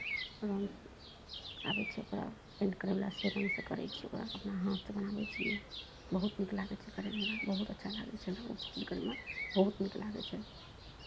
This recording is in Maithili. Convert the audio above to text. रङ्ग आबै छै ओकरा पेन्ट करयवलासँ रङ्गसँ करै छियै ओकरा अपना हाथसँ बनाबै छियै बहुत नीक लागै छै करयमे बहुत अच्छा लागै छै हमरा ओसभ चीज करयमे बहुत नीक लागै छै